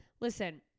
Listen